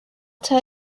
tell